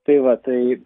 tai va tai